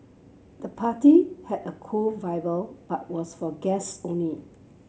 the party had a cool but was for guest only